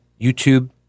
YouTube